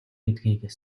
гэдгийг